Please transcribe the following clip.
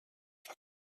for